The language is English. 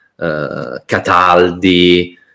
Cataldi